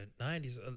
90s